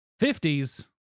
50s